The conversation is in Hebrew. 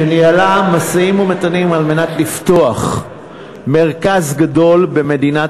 שניהלה משאים-ומתנים על מנת לפתוח מרכז גדול במדינת